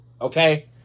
Okay